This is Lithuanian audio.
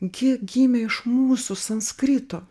gi gimė iš mūsų sanskrito